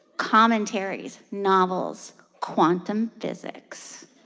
commentaries, novels, quantum physics.